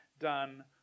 done